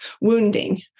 wounding